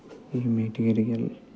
ఈ మెటీరియల్